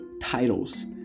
titles